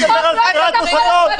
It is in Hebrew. החוק הזה מדבר על סגירת מוסדות.